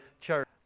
church